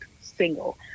single